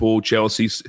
Chelsea